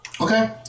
Okay